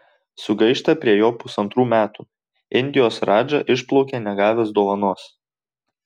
sugaišta prie jo pusantrų metų indijos radža išplaukia negavęs dovanos